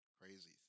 crazy